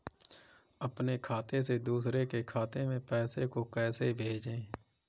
अपने खाते से दूसरे के खाते में पैसे को कैसे भेजे?